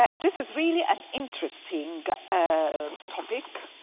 ah this is really an interesting ah topic,